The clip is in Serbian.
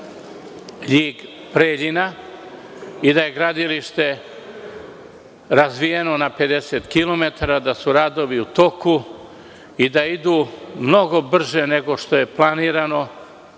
Ljig-Preljina i da je gradilište razvijeno na 50 kilometara, da su radovi u toku i da idu mnogo brže nego što je planirano